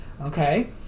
okay